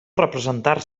representar